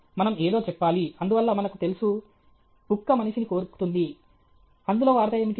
మనం ఏదో చెప్పాలి అందువల్ల మనకు తెలుసు కుక్క మనిషిని కొరుకుతుంది అందులో వార్త ఏమిటి